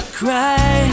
cry